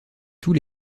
tous